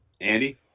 Andy